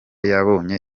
yabonye